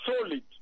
solid